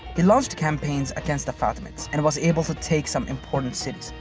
he launched campaigns against the fatimids and was able to take some important cities.